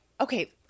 okay